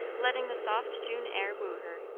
letting the soft june air woo her,